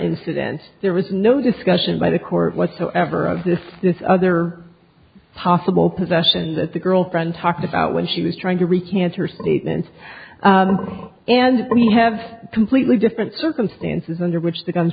incidence there was no discussion by the court whatsoever of this this other possible possession that the girlfriend talked about when she was trying to recant her statements and we have completely different circumstances under which